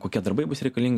kokie darbai bus reikalinga